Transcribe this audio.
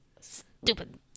Stupid